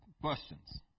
questions